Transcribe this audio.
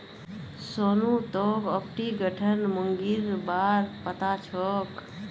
सोनू तोक ऑर्पिंगटन मुर्गीर बा र पता छोक